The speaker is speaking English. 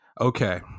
Okay